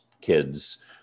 kids